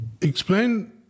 Explain